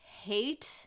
hate